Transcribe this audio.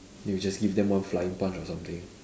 then you just give them one flying punch or something